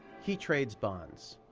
he trades bonds.